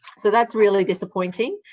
so that's really disappointing.